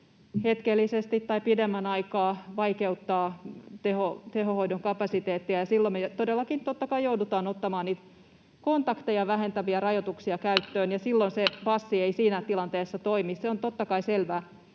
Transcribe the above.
hetkellisesti tai pidemmän aikaa vaikeuttaa tehohoidon kapasiteettia, ja silloin me todellakin, totta kai, joudutaan ottamaan niitä kontakteja vähentäviä rajoituksia käyttöön, ja silloin se passi ei siinä tilanteessa toimi. Se on totta kai selvää.